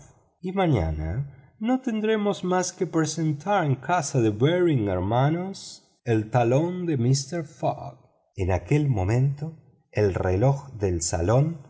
y mañana no tendremos más que presentar en casa de baring hermanos el cheque de mister fogg en aquel momento el reloj del salón